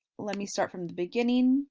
let me start from the beginning